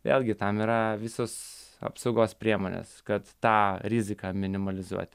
vėlgi tam yra visos apsaugos priemonės kad tą riziką minimalizuoti